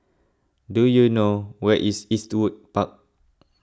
do you know where is Eastwood Park